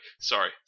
sorry